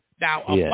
Now